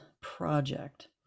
project